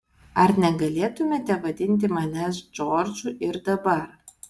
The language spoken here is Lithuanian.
ar negalėtumėte vadinti manęs džordžu ir dabar